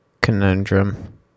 Conundrum